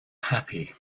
happy